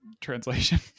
translation